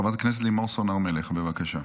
חברת הכנסת רון כץ, אינו נוכח.